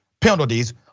penalties